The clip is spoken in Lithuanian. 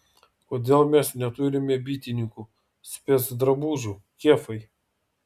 kodėl mes neturime bitininkų specdrabužių kefai